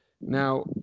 Now